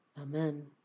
Amen